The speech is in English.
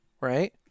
right